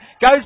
Goes